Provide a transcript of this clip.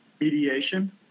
mediation